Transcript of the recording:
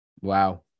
wow